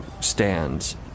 stands